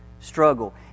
struggle